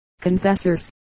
Confessors